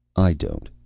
i don't.